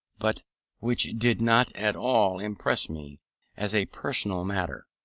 but which did not at all impress me as a personal matter.